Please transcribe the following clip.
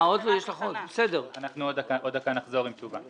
בעוד דקה נחזור עם תשובה.